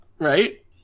Right